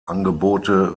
angebote